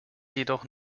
jedoch